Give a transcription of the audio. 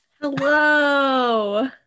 Hello